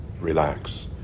Relax